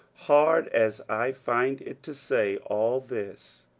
hard as i find it to say all this,